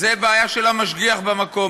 זו בעיה של המשגיח במקום.